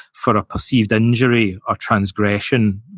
for a perceived injury or transgression.